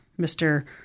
Mr